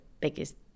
biggest